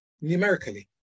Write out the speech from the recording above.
numerically